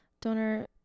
donor